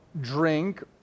drink